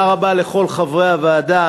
תודה רבה לכל חברי הוועדה,